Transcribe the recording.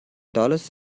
dollars